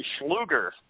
Schluger